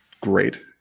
Great